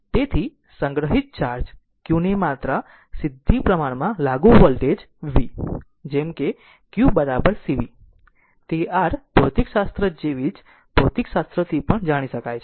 તેથી સંગ્રહિત charge q ની માત્રા સીધી પ્રમાણમાં લાગુ વોલ્ટેજ v જેમ કે q cv છે તે r ભૌતિકશાસ્ત્ર જેવી જ ભૌતિકશાસ્ત્રથી પણ જાણી શકાય છે